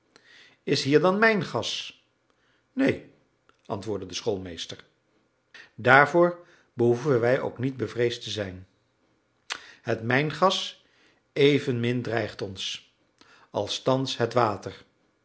is hier dan mijngas neen antwoordde de schoolmeester daarvoor behoeven wij ook niet bevreesd te zijn het mijngas evenmin dreigt ons als thans het water